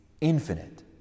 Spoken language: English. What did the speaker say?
infinite